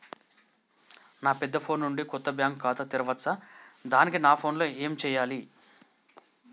నా పెద్ద ఫోన్ నుండి కొత్త బ్యాంక్ ఖాతా తెరవచ్చా? దానికి నా ఫోన్ లో ఏం చేయాలి?